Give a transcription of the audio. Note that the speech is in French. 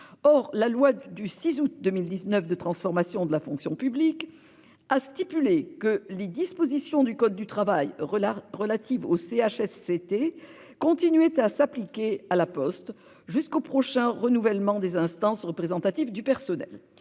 Or la loi du 6 août 2019 de transformations de la fonction publique disposait que les dispositions du code du travail relatives aux CHSCT continueraient à s'appliquer à La Poste jusqu'au prochain renouvellement des IRP. Néanmoins, aucune